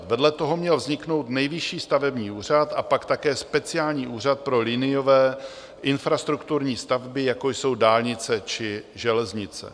Vedle toho měl vzniknout Nejvyšší stavební úřad a pak také speciální úřad pro liniové infrastrukturní stavby jako jsou dálnice či železnice.